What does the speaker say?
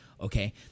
Okay